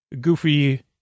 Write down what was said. Goofy